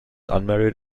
unmarried